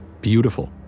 beautiful